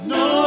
no